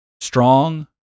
Strong